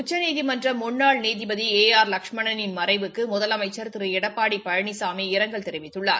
உச்சநீதிமன்ற முன்னாள் நீதிபதி ஏ ஆர் லஷ்மணளின் மறைவுக்கு முதலமைச்சா் திரு எடப்பாடி பழனிசாமி இரங்கல் தெரிவித்துள்ளார்